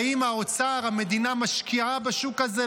האם האוצר, המדינה משקיעה בשוק הזה?